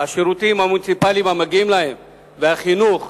השירותים המוניציפליים המגיעים להם, החינוך,